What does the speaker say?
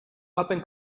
open